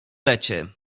lecie